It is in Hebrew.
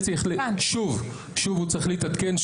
שוב הוא צריך להתעדכן,